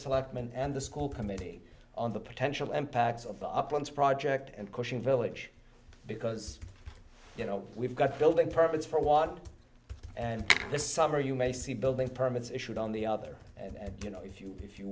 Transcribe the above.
selectmen and the school committee on the potential impacts of the uplands project and pushing village because you know we've got building permits for want and this summer you may see building permits issued on the other and you know if you if you